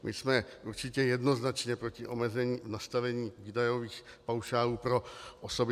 My jsme určitě jednoznačně proti omezení nastavení výdajových paušálů pro OSVČ.